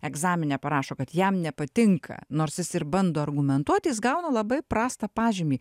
egzamine parašo kad jam nepatinka nors jis ir bando argumentuoti jis gauna labai prastą pažymį